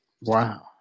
Wow